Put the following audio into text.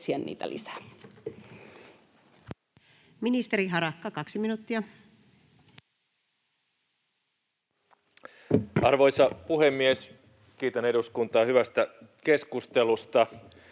etsiä niitä lisää. Ministeri Harakka, 2 minuuttia. Arvoisa puhemies! Kiitän eduskuntaa hyvästä keskustelusta.